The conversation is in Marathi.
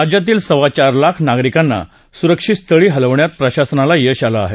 राज्यातील सव्वा चार लाख नागरिकांना सुरक्षितस्थळी हलविण्यात प्रशासनाला यश आलं आहे